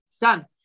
Done